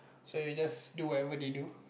so you just do whatever they do